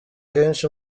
kenshi